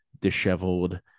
disheveled